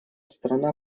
страна